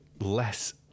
less